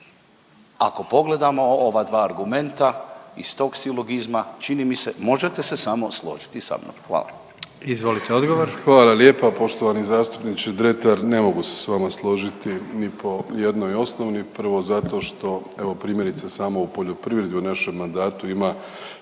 Ako pogledamo ova dva argumenta iz tog silogizma čini mi se možete se samo složiti sa mnom. **Jandroković, Gordan (HDZ)** Izvolite odgovor. **Plenković, Andrej (HDZ)** Hvala lijepa. Poštovani zastupniče Dretar ne mogu se s vama složiti ni po jednoj osnovi. Prvo zato što evo primjerice samo u poljoprivredu u našem mandatu ima